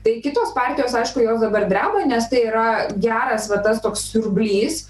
tai kitos partijos aišku jos dabar dreba nes tai yra geras va tas toks siurblys